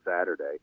Saturday